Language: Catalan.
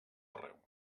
arreu